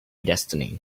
destiny